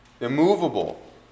Immovable